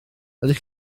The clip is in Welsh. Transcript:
ydych